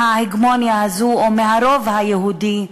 מההגמוניה הזו, או מהרוב היהודי.